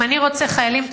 אם אני רוצה חיילים טובים,